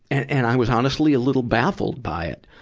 and i was honestly a little baffled by it.